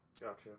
Gotcha